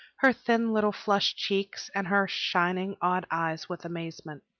her thin little flushed cheeks, and her shining, odd eyes with amazement.